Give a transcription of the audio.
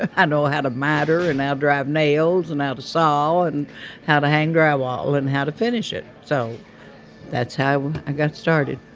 i know how to miter and how drive nails and how to saw and how to hang drywall but and how to finish it. so that's how i got started.